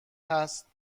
هست